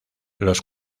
los